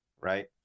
right